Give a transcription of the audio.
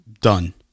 Done